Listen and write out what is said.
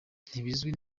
ntibizwi